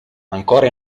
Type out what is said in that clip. ancora